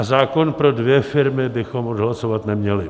A zákon pro dvě firmy bychom odhlasovat neměli.